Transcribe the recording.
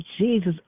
Jesus